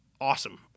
awesome